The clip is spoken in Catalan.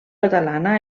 catalana